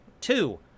Two